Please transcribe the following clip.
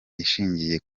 ishingiye